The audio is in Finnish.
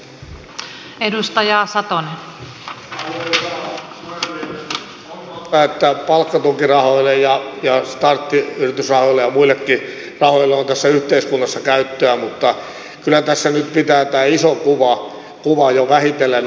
on totta että palkkatukirahoille ja startti yritys ja muillekin rahoille on tässä yhteiskunnassa käyttöä mutta kyllä tässä nyt pitää tämä iso kuva jo vähitellen nähdä